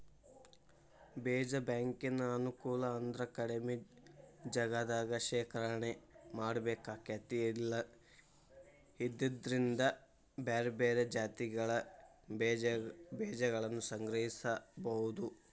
ಬೇಜ ಬ್ಯಾಂಕಿನ ಅನುಕೂಲ ಅಂದ್ರ ಕಡಿಮಿ ಜಗದಾಗ ಶೇಖರಣೆ ಮಾಡ್ಬೇಕಾಕೇತಿ ಇದ್ರಿಂದ ಬ್ಯಾರ್ಬ್ಯಾರೇ ಜಾತಿಗಳ ಬೇಜಗಳನ್ನುಸಂಗ್ರಹಿಸಬೋದು